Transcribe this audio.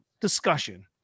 discussion